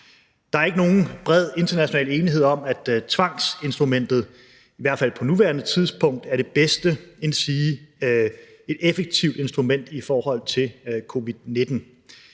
Der er ikke nogen bred international enighed om, at tvangsinstrumentet i hvert fald på nuværende tidspunkt er det bedste, endsige et effektivt instrument i forhold til covid-19,